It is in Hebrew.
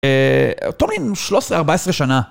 טומין, 13-14 שנה.